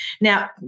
Now